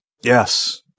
Yes